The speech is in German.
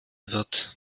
wird